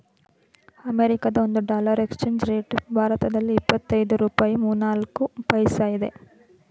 ಅಮೆರಿಕದ ಒಂದು dollar exchange rate ಭಾರತದಲ್ಲಿ ಎಪ್ಪತ್ತೈದು ರೂಪಾಯಿ ಮೂವ್ನಾಲ್ಕು ಪೈಸಾ ಇದೆ